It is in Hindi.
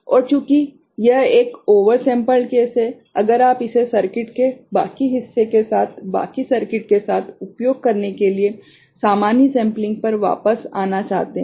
और चूंकि यह एक ओवर सेम्पल्ड केस है अगर आप इसे सर्किट के बाकी हिस्से के साथ बाकी सर्किट के साथ उपयोग करने के लिए सामान्य सेम्पलिंग पर वापस आना चाहते हैं